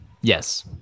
Yes